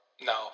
No